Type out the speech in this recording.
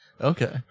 Okay